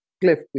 cliff